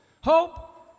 Hope